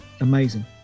amazing